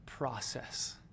process